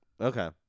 Okay